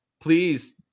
Please